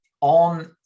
on